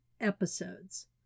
episodes